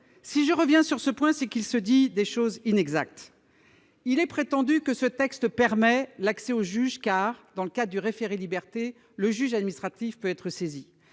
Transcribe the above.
Si je reviens sur ce dernier point, c'est qu'il se dit des choses inexactes. On prétend que ce texte permet l'accès au juge, car, dans le cadre du référé-liberté, le juge administratif peut être saisi.